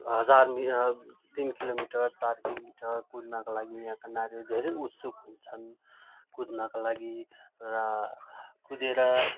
हजार मिटर तिन किलोमिटर चार किलोमिटर कुद्नाका लागि यहाँका नानीहरू धेरै उत्सुक हुन्छन् कुद्नाका लागि र कुदेर